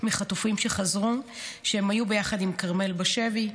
מחטופים שחזרו שהם היו ביחד עם כרמל בשבי.